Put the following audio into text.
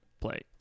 Play